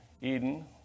eden